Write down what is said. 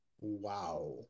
Wow